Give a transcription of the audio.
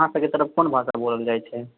अहाँ सबकेँ तरफ कोन भाषा बोलल जाइत छै